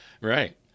right